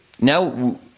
now